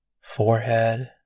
forehead